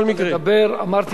אתה תדבר, אמרתי למה.